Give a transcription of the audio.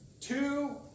two